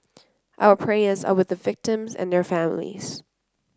our prayers are with the victims and their families